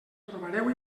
trobareu